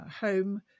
home